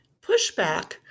pushback